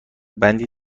بندی